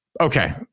okay